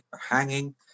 hanging